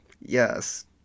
yes